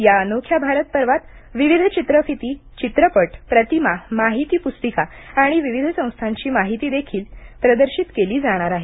या अनोख्या भारत पर्वात विविध चित्रफिती चित्रपट प्रतिमा माहिती पुस्तिका आणि विविध संस्थांची माहिती देखील प्रदर्शित केली जाणार आहे